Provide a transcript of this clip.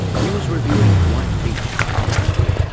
he was reviewing white beech by germaine greer